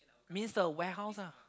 means the warehouse lah